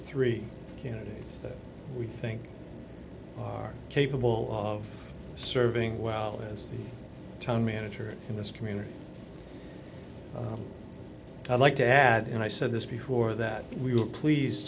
three candidates that we think are capable of serving well as the town manager in this community i'd like to add and i said this before that we were pleased